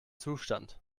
zustand